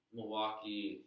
Milwaukee